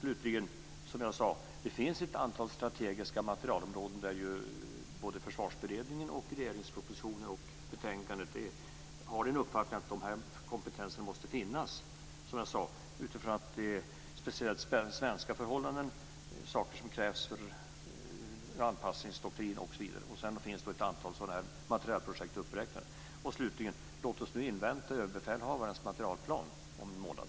Det är, som jag sade, så att det finns ett antal strategiska materielområden där det i såväl Försvarsberedningen och regeringens proposition som betänkandet uttrycks att den här kompetensen måste finnas utifrån speciellt svenska förhållanden. Det gäller saker som krävs för anpassningsdoktrinen osv. Sedan finns det ett antal sådana här materielprojekt uppräknade. Slutligen: Låt oss nu invänta överbefälhavarens materielplan om en månad.